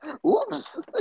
Whoops